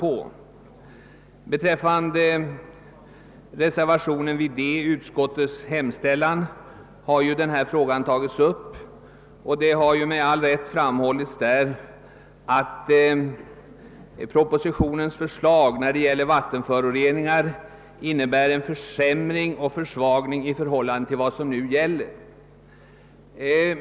I reservationen III vid D i utskottets hemställan har ju denna fråga tagits upp, och där har med all rätt framhållits att propositionens förslag i fråga om vattenföroreningar innebär en försämring och försvagning i förhållande till vad som nu gäller.